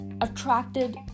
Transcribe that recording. attracted